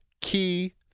key